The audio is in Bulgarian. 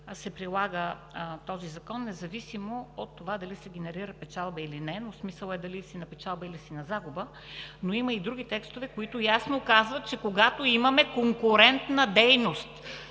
се прилага този закон, независимо от това дали се генерира печалба или не, но смисълът е дали си на печалба, или на загуба. Има и други текстове, които ясно казват, че когато имаме конкурентна дейност,